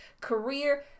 career